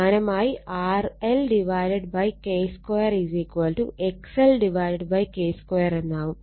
സമാനമായി RL K2 XL K2 എന്നാവും